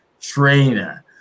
trainer